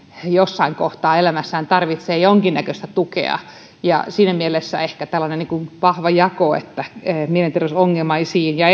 jossain kohtaa elämässään tarvitsee jonkin näköistä tukea siinä mielessä ehkä tällainen vahva jako mielenterveysongelmaisiin ja